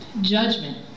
Judgment